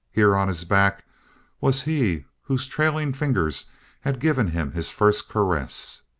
here on his back was he whose trailing fingers had given him his first caress.